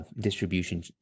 distribution